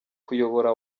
kuyobora